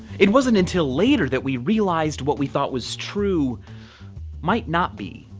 it wasn't until later that we realized what we thought was true might not be.